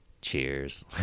Cheers